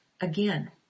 again